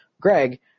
Greg